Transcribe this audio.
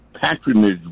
patronage